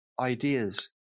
ideas